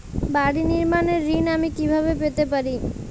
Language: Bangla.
বাড়ি নির্মাণের ঋণ আমি কিভাবে পেতে পারি?